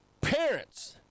parents